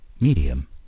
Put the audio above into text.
medium